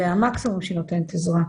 והמקסימום שהיא נותנת עזרה,